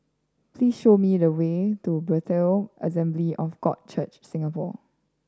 please show me the way to Bethel Assembly of God Church Singapore